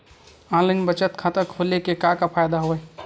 online बचत खाता खोले के का का फ़ायदा हवय